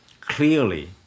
clearly